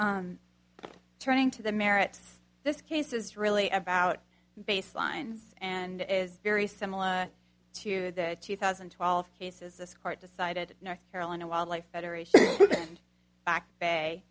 turning to the merits this case is really about baselines and is very similar to the two thousand and twelve cases this court decided north carolina wildlife federation and back bay